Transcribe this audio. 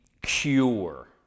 cure